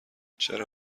چرا